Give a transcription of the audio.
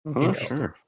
Interesting